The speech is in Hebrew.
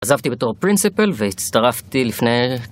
עזבתי בתור פרינסיפל והצטרפתי לפני...